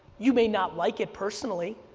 you may not like it personally.